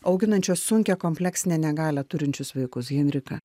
auginančios sunkią kompleksinę negalią turinčius vaikus henrika